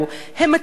הם מטילים